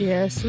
Yes